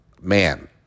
man